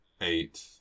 Eight